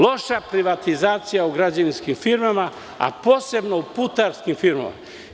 Loša privatizacija u građevinskim firmama, a posebno u putarskim firmama.